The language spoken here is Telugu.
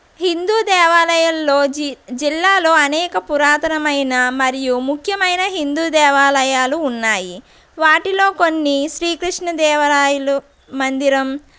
హిందూ దేవాలయాల్లో జి జిల్లాలో అనేక పురాతనమైన మరియు ముఖ్యమైన హిందూ దేవాలయాలు ఉన్నాయి వాటిలో కొన్ని శ్రీకృష్ణదేవరాయలు మందిరం